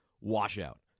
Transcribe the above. washout